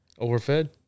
Overfed